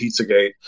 pizzagate